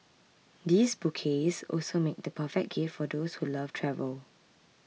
these bouquets also make the perfect gifts for those who love travel